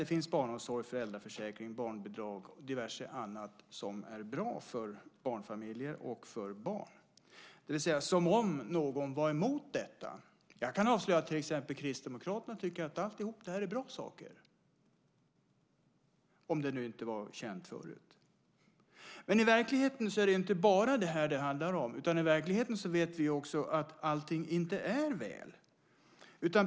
Det finns barnomsorg, föräldraförsäkring, barnbidrag och diverse annat som är bra för barnfamiljer och för barn. Som om någon skulle vara emot detta. Jag kan avslöja att Kristdemokraterna tycker att allt detta är bra saker, om det nu inte var känt förut. Men i verkligheten är det inte bara detta det handlar om. Vi vet ju att allt inte är väl i verkligheten.